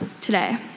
today